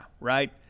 right